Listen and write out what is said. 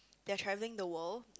they are travelling the world